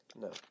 No